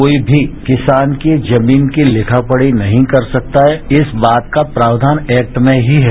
कोई भीकिसान की जमीन की लिखा पद्नी नहीं कर सकता है इस बात का प्रावधान एक्ट में ही है